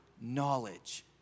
knowledge